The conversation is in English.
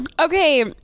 okay